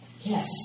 yes